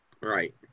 Right